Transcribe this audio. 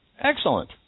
Excellent